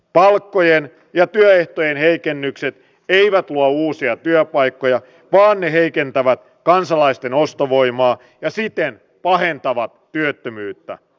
palkkojen ja työehtojen heikennykset eivät luo uusia työpaikkoja vaan ne heikentävät kansalaisten ostovoimaa ja siten pahentavat työttömyyttä